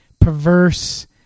perverse